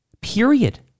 period